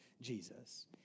Jesus